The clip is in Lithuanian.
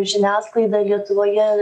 žiniasklaida lietuvoje